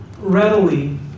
readily